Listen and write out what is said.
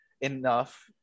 enough